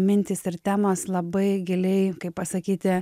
mintys ir temos labai giliai kaip pasakyti